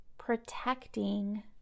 protecting